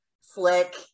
flick